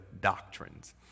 doctrines